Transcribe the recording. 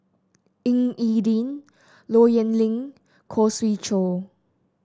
Ying E Ding Low Yen Ling Khoo Swee Chiow